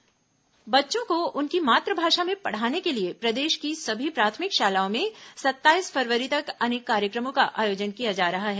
मात्रभाषा दिवस बच्चों को उनकी मातूभाषा में पढ़ाने के लिए प्रदेश की सभी प्राथमिक शालाओं में सत्ताईस फरवरी तक अनेक कार्यक्रमों का आयोजन किया जा रहा है